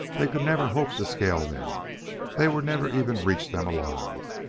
they could never hope to scale them they would never even reach them alive,